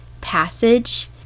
passage